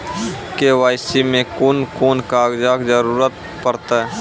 KYC मे कून कून कागजक जरूरत परतै?